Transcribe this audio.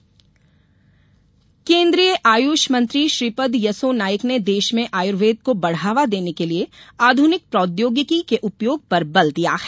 Ayurvedic seminar केन्द्रीय आयुष मंत्री श्रीपद यसो नाइक ने देश में आयुर्वेद को बढावा देने के लिए आधुनिक प्रौद्योगिकी के उपयोग पर बल दिया है